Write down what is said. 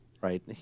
right